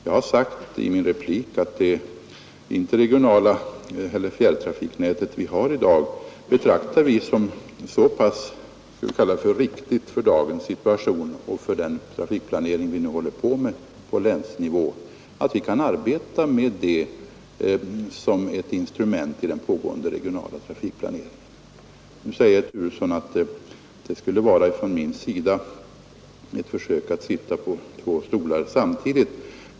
Jag sade i min replik att det fjärrtrafiknät vi har i dag betraktar vi som så pass riktigt för dagens situation och för den trafikplanering som vi nu bedriver på länsnivå, att vi kan arbeta med det som ett instrument i den pågående regionala trafikplaneringen. Herr Turesson anser att detta är ett försök av mig att sitta på två stolar samtidigt.